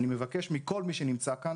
אני מבקש מכל מי שנמצא כאן,